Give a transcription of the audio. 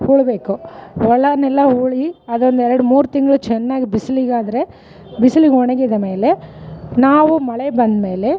ಉಳ್ಬೇಕು ಹೊಲನ್ನೆಲ್ಲ ಉಳಿ ಅದೊಂದು ಎರಡು ಮೂರು ತಿಂಗಳು ಚೆನ್ನಾಗ್ ಬಿಸಿಲಿಗಾದ್ರೆ ಬಿಸ್ಲಿಗೆ ಒಣಗಿದ ಮೇಲೆ ನಾವು ಮಳೆ ಬಂದಮೇಲೆ